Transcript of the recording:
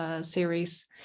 series